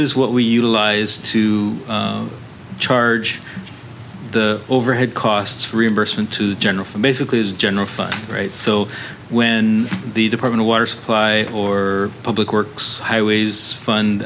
is what we utilize to charge the overhead costs for reimbursement to general basically is general fund right so when the department of water supply or public works highways fund